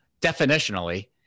definitionally